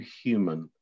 human